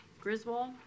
Griswold